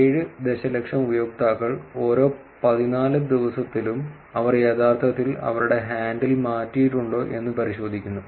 7 ദശലക്ഷം ഉപയോക്താക്കൾ ഓരോ പതിനാല് ദിവസത്തിലും അവർ യഥാർത്ഥത്തിൽ അവരുടെ ഹാൻഡിൽ മാറ്റിയിട്ടുണ്ടോ എന്ന് പരിശോധിക്കുന്നു